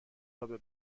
رابه